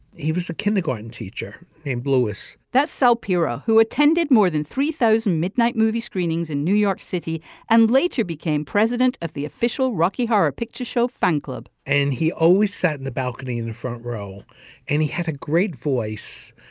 he was a kindergarten teacher named that's sal piro who attended more than three thousand midnight movie screenings in new york city and later became president of the official rocky horror picture show fan club and he always sat in the balcony in the front row and he had a great voice.